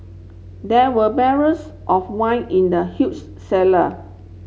there were barrels of wine in the huge cellar